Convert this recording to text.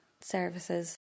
services